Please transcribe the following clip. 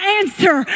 answer